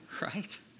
Right